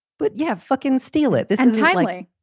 but yeah, fucking steal it. this is highly.